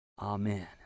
Amen